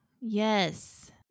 yes